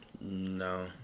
No